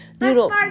Noodle